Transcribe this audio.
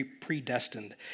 predestined